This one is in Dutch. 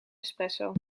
espresso